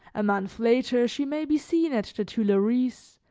a month later she may be seen at the tuileries,